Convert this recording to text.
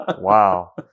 Wow